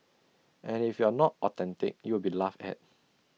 and if you are not authentic you will be laughed at